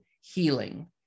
healing